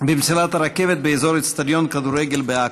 הרכבת באזור אצטדיון כדורגל בעכו.